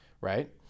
right